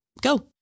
go